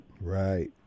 Right